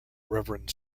reverend